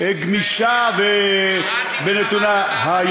גמישה ונתונה, לא אמרתי את זה.